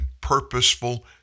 purposeful